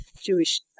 Jewish